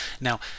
Now